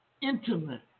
intimate